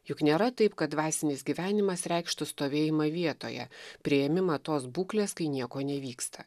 juk nėra taip kad dvasinis gyvenimas reikštų stovėjimą vietoje priėmimą tos būklės kai nieko nevyksta